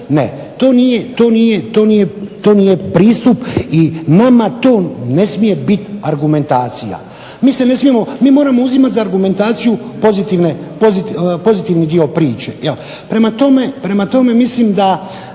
to nije pristup i nama to ne smije biti argumentacija. Mi moramo uzimati za argumentaciju pozitivni dio priče. Prema tome, mislim da